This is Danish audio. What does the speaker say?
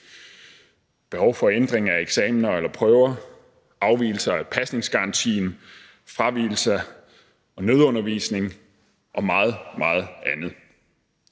behov for ændring af eksamener eller prøver, afvigelser i pasningsgarantien, fravigelser, nødundervisning og meget, meget andet.